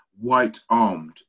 white-armed